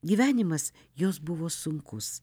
gyvenimas jos buvo sunkus